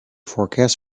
forecast